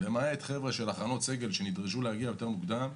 למעט חבר'ה של הכנות סגל שנדרשו להגיע יותר מוקדם.